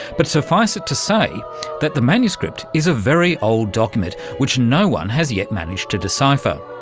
but suffice it to say that the manuscript is a very old document which no one has yet managed to decipher.